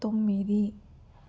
తొమ్మిది